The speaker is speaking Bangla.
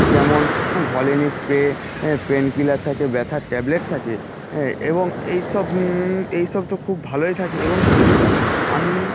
যেমন ভলিনি স্প্রে পেনকিলার থাকে ব্যথার ট্যাবলেট থাকে হ্যাঁ এবং এই সব এই সব তো খুব ভালোই থাকে এবং সুবিধা আমি